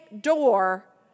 door